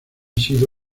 sido